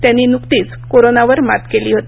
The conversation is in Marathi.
त्यांनी नुकतीच कोरोनावर मात केली होती